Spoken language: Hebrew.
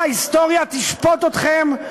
ההיסטוריה תשפוט אתכם,